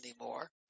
anymore